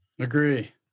Agree